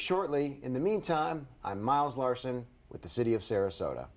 shortly in the meantime i'm miles larson with the city of sarasota